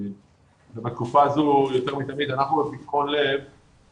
וזה פער מאוד מרכזי גם בתקופת